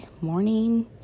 morning